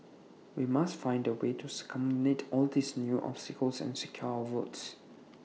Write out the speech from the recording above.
we must find A way to circumvent all these new obstacles and secure our votes